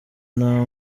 nta